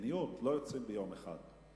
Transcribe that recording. ומדיניות לא יוצרים ביום אחד.